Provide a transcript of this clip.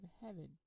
heaven